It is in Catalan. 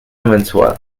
mensual